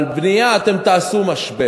על בנייה אתם תעשו משבר.